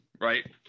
right